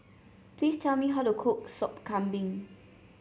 please tell me how to cook Sop Kambing